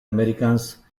americans